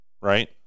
right